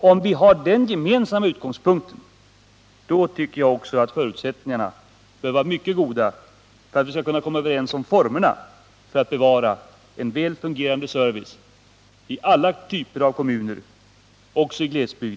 Om vi har den gemensamma utgångspunkten, tycker jag att förutsättningarna bör vara mycket goda för att vi skall kunna komma överens om formerna för att till konsumenternas bästa bevara en väl fungerande service i alla typer av kommuner, också i glesbygd.